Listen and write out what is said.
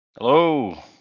Hello